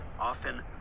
often